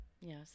yes